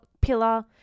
pillar